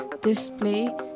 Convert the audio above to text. display